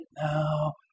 now